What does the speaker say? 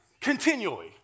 Continually